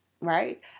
right